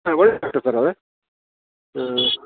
ಹಾಂ ಒಳ್ಳೆ doctor sir ಅವರು